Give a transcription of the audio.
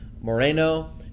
Moreno